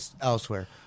elsewhere